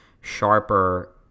sharper